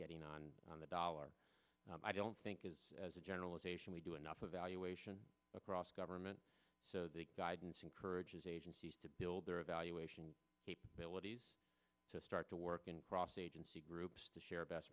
getting on on the dollar i don't think is as a generalization we do enough of valuation across government so the guidance encourages agencies to build their evaluation capabilities to start to work in cross agency groups to share best